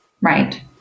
right